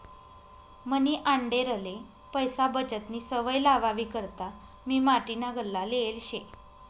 मनी आंडेरले पैसा बचतनी सवय लावावी करता मी माटीना गल्ला लेयेल शे